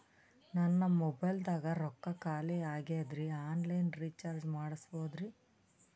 ನನ್ನ ಮೊಬೈಲದಾಗ ರೊಕ್ಕ ಖಾಲಿ ಆಗ್ಯದ್ರಿ ಆನ್ ಲೈನ್ ರೀಚಾರ್ಜ್ ಮಾಡಸ್ಬೋದ್ರಿ?